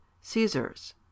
Caesar's